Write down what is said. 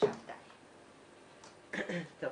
קול